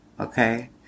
Okay